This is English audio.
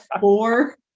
four